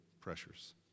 pressures